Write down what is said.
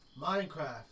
Minecraft